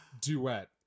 duet